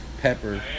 pepper